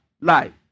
life